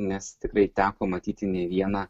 nes tikrai teko matyti ne vieną